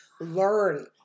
learn